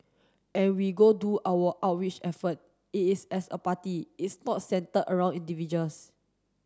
and we go do our outreach effort it is as a party it's not centred around individuals